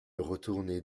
retourner